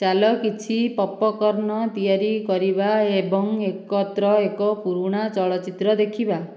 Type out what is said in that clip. ଚାଲ କିଛି ପପକର୍ଣ୍ଣ ତିଆରି କରିବା ଏବଂ ଏକତ୍ର ଏକ ପୁରୁଣା ଚଳଚ୍ଚିତ୍ର ଦେଖିବା